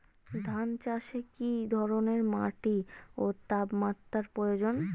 ধান চাষে কী ধরনের মাটি ও তাপমাত্রার প্রয়োজন?